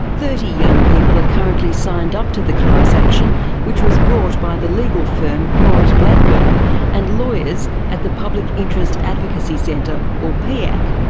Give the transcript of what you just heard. thirty young people are currently signed up to the class action which was brought by the legal firm maurice blackburn and lawyers at the public interest advocacy centre or piac.